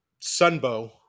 Sunbow